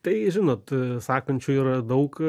tai žinot a sakančių yra daug